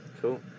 Cool